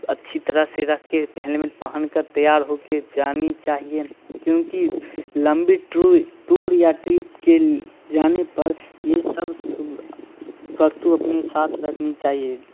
अच्छी तरह से रखकर हेलमेट पहनकर तैयार होकर जानी चाहिए क्योंकि लंबी टू टूर या ट्रिप के जाने पर यह सब सु वस्तु अपने साथ रखनी चाहिए